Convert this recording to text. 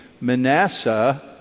Manasseh